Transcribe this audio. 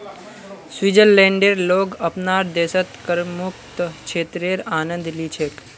स्विट्जरलैंडेर लोग अपनार देशत करमुक्त क्षेत्रेर आनंद ली छेक